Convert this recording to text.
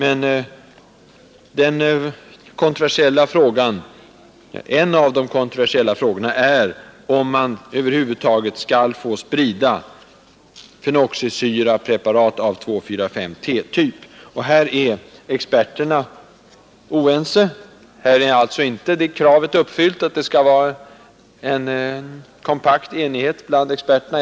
En av de kontroversiella frågorna är om man över huvud taget skall få sprida fenoxisyrapreparat av 2,4,5-T-typ. Här är inte det kravet uppfyllt att det skall vara nära nog kompakt enighet bland experterna.